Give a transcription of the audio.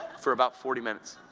for about forty minutes.